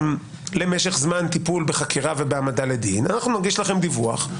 אנחנו נגיש לכם דיווח,